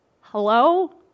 Hello